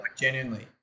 genuinely